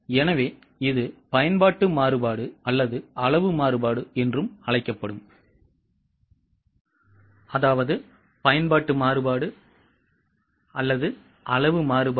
எனவே இது பயன்பாட்டு மாறுபாடு அல்லது அளவு மாறுபாடு என்றும் அழைக்கப்படும் விலைக்கு இடையிலான வேறுபாடு